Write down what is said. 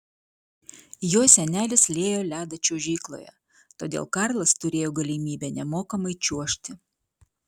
jo senelis liejo ledą čiuožykloje todėl karlas turėjo galimybę nemokamai čiuožti